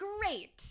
great